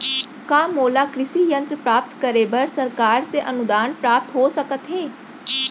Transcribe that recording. का मोला कृषि यंत्र प्राप्त करे बर सरकार से अनुदान प्राप्त हो सकत हे?